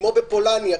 כמו בפולניה.